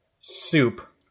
soup